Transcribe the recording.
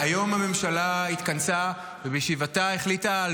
היום הממשלה התכנסה ובישיבתה החליטה על